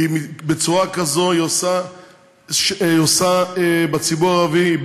בצורה כזו היא עושה בציבור הערבי,